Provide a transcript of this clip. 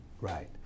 Right